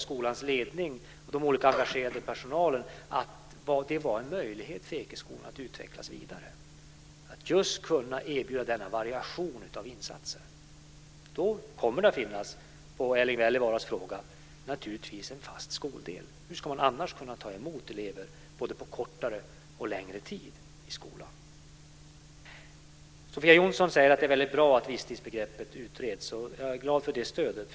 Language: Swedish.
Skolans ledning och de engagerade i personalen ansåg att detta var en möjlighet för Ekeskolan att utvecklas vidare, att just kunna erbjuda denna variation av insatser. Då kommer det naturligtvis att finnas - detta som svar på Erling Wälivaaras fråga - en fast skoldel. Hur ska man annars kunna ta emot elever på både kortare och längre tid? Sofia Jonsson säger att det är väldigt bra att visstidsbegreppet utreds, och jag är glad över det stödet.